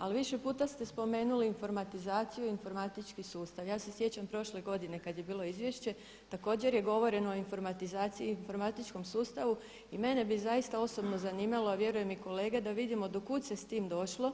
Ali više puta ste spomenuli informatizaciju i informatički sustav, ja se sjećam prošle godine kada je bilo izvješće, također je govoreno o informatizaciji i informatičkom sustavu i mene bi zaista osobno zanimalo, a vjerujem i kolege da vidimo do kud ste s tim došlo,